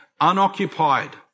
unoccupied